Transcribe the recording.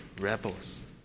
rebels